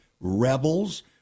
rebels